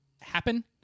happen